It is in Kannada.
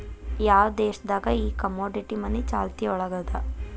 ಯಾವ್ ದೇಶ್ ದಾಗ್ ಈ ಕಮೊಡಿಟಿ ಮನಿ ಚಾಲ್ತಿಯೊಳಗದ?